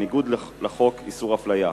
בניגוד לחוק איסור הפליה.